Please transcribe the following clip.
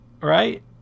Right